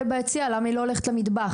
ביציע ואמרו למה היא לא הולכת למטבח.